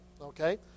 Okay